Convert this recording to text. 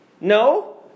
No